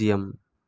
பூஜ்ஜியம்